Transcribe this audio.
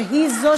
והיא שגורמת,